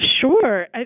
Sure